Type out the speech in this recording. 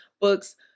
Books